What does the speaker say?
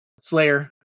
Slayer